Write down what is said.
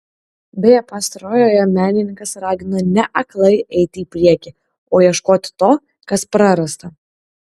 beje pastarojoje menininkas ragino ne aklai eiti į priekį o ieškoti to kas prarasta